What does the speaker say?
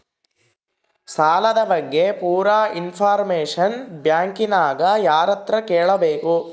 ಸಾಲದ ಬಗ್ಗೆ ಪೂರ ಇಂಫಾರ್ಮೇಷನ ಬ್ಯಾಂಕಿನ್ಯಾಗ ಯಾರತ್ರ ಕೇಳಬೇಕು?